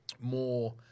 more